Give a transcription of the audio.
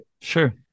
Sure